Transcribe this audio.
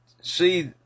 see